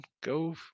Go